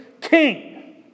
king